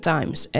Times